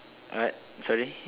what sorry